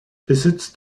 besitzt